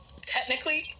Technically